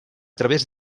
través